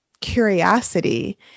curiosity